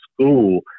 school